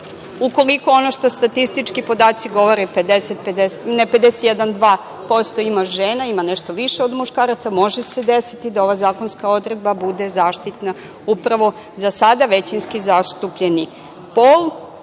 Ukoliko ono što statistički podaci govore 51%, 52% ima žena, ima nešto više od muškaraca, može se desiti da ova zakonska odredba bude zaštitna upravo za sada većinski zastupljeni pol. Ja